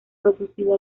producido